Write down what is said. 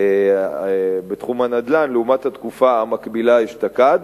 בתחום הנדל"ן לעומת התקופה המקבילה אשתקד,